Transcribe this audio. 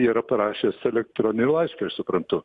yra parašęs elektronį laišką aš suprantu